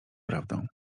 prawdą